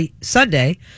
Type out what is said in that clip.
Sunday